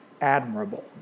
admirable